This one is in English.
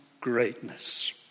greatness